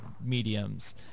mediums